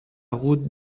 route